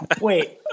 Wait